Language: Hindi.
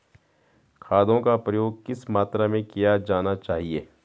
खादों का प्रयोग किस मात्रा में किया जाना चाहिए?